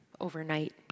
overnight